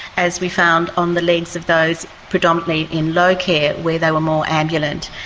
as we found on the legs of those predominantly in low care where they were more ambulant.